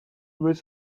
with